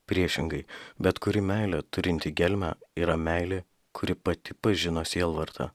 priešingai bet kuri meilė turinti gelmę yra meilė kuri pati pažino sielvartą